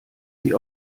sie